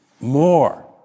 more